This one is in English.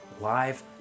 live